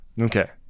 Okay